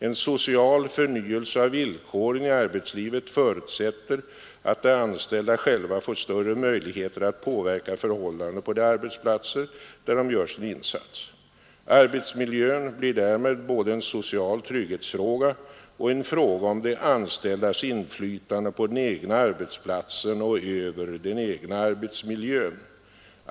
En social förnyelse av villkoren i arbetslivet förutsätter att de anställda själva får större möjligheter att påverka förhållandena på de arbetsplatser där de gör sin insats. Arbetsmiljön blir därmed både en social trygghetsfråga och en fråga om de anställdas inflytande på den egna arbetsplatsen och över den egna arbetsmiljön.